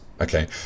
okay